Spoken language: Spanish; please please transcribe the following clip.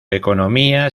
economía